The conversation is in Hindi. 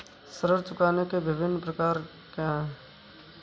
ऋण चुकाने के विभिन्न प्रकार क्या हैं?